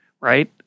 right